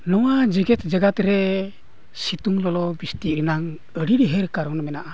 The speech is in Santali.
ᱱᱚᱣᱟ ᱡᱮᱜᱮᱫ ᱡᱟᱠᱟᱛ ᱨᱮ ᱥᱤᱛᱩᱝ ᱞᱚᱞᱚ ᱵᱨᱤᱥᱴᱤ ᱨᱮᱱᱟᱜ ᱟᱹᱰᱤ ᱰᱷᱮᱨ ᱠᱟᱨᱚᱱ ᱢᱮᱱᱟᱜᱼᱟ